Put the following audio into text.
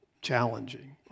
challenging